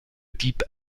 type